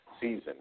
season